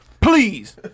please